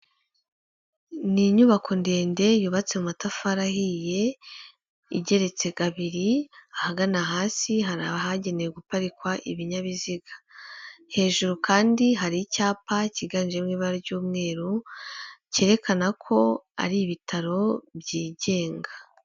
Ni inyubako ndende yubatse mu matafari ahiye, igeretse kabiri, ahagana hasi hari ahagenewe guparikwa ibinyabiziga, hejuru kandi hari icyapa kiganje mo ibara ry'umweru cyerekana ko ari ibitaro byigenga.